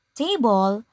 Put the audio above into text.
table